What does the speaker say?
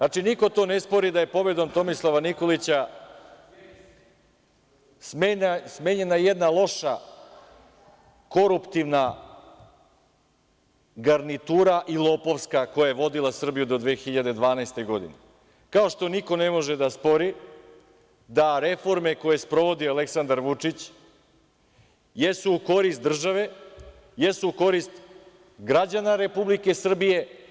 Niko to ne spori da je pobedom Tomislava Nikolića smenjena jedna loša, koruptivna garnitura i lopovska koja je vodila Srbiju do 2012. godine, kao što niko ne može da spori da reforme koje sprovodi Aleksandar Vučić jesu u korist države, jesu u korist građana Republike Srbije.